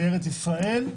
לארץ ישראל,